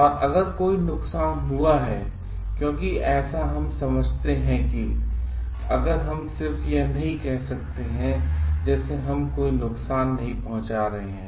और अगर कोई नुकसान हुआ है क्योंकि ऐसा हम समझते हैं कि अगर हम सिर्फ यह नहीं कह सकते हैं जैसे हम कोई नुकसान नहीं पहुंचा रहे हैं